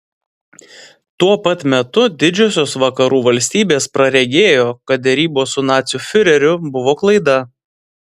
tuo pat metu didžiosios vakarų valstybės praregėjo kad derybos su nacių fiureriu buvo klaida